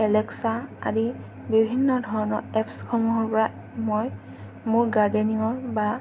Alexa আদি বিভিন্ন ধৰণৰ এপছসমূহৰ পৰা মই মোৰ গাৰ্ডেনিঙৰ বা